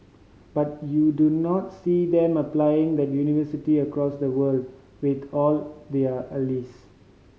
but you do not see them applying the universally across the world with all their allies